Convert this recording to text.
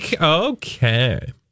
okay